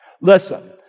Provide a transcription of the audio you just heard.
Listen